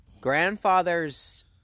grandfather's